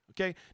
Okay